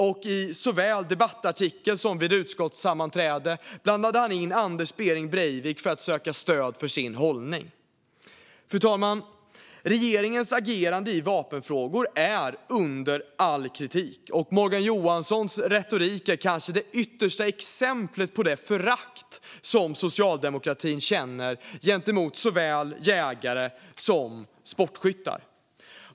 Såväl i en debattartikel som vid ett utskottssammanträde blandade han in Anders Behring Breivik för att söka stöd för sin hållning. Fru talman! Regeringens agerande i vapenfrågor är under all kritik, och Morgan Johanssons retorik är kanske det yttersta exemplet på socialdemokratins förakt mot jägare och sportskyttar.